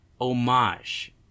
homage